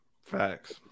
facts